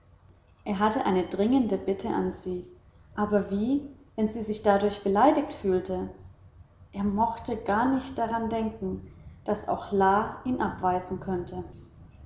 er hatte eine dringende bitte an sie aber wie wenn sie sich dadurch beleidigt fühlte er mochte gar nicht daran denken daß auch la ihn abweisen könnte